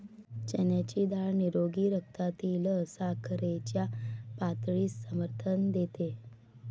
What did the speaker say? चण्याची डाळ निरोगी रक्तातील साखरेच्या पातळीस समर्थन देते